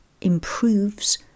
improves